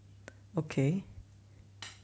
okay